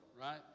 right